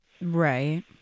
Right